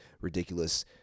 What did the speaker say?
ridiculous